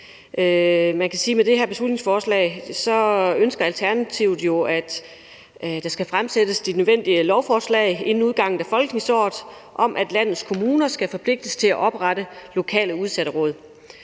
med det her beslutningsforslag ønsker Alternativet, at der skal fremsættes de nødvendige lovforslag inden udgangen af folketingsåret om, at landets kommuner skal forpligtes til at oprette lokale udsatteråd.